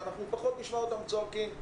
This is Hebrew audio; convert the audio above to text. ואנחנו פחות נשמע אותם צועקים,